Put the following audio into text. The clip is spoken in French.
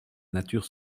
nature